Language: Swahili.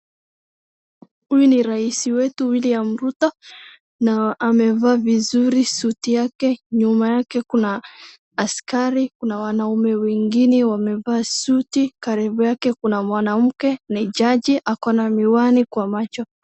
Huyu ni raisi wetu William Ruto, na amevaa vizuri suti yake. Nyuma yake kuna askari, kuna wanaume wengine wamevaa suti. Karibu yake kuna mwanamke. Ni jaji. Ako na miwani kwa macho.